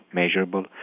measurable